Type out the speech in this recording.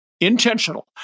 intentional